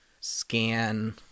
scan